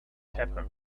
happen